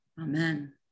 amen